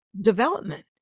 development